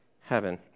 heaven